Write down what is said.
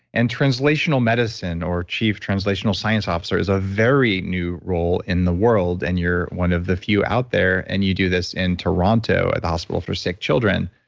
and translational medicine or chief translational science officer is a very new role in the world and you're one of the few out there and you do this in toronto at hospital for sick children.